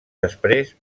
després